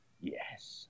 Yes